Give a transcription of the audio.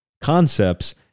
concepts